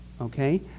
okay